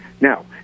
Now